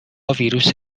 ویروس